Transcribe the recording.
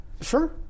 Sure